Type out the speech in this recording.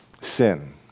Sin